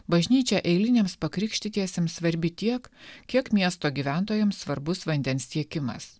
bažnyčia eiliniams pakrikštytiesiems svarbi tiek kiek miesto gyventojams svarbus vandens tiekimas